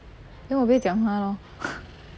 then 我不要讲话 lor